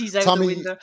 Tommy